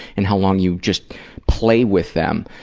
and how long you just play with them.